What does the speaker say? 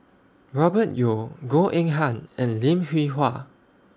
Robert Yeo Goh Eng Han and Lim Hwee Hua